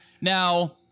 Now